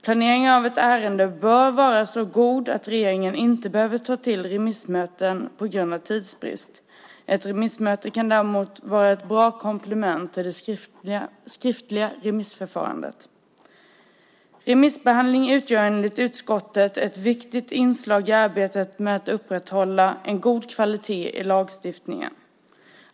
Planeringen av ett ärende bör vara så god att regeringen inte behöver ta till remissmöten på grund av tidsbrist. Ett remissmöte kan däremot vara ett bra komplement till det skriftliga remissförfarandet. Remissbehandlingen utgör enligt utskottet ett viktigt inslag i arbetet med att upprätthålla en god kvalitet i lagstiftningen.